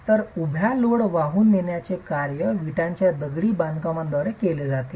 तर उभ्या लोड वाहून नेण्याचे कार्य विटांच्या दगडी बांधकामाद्वारे केले जाते